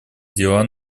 дела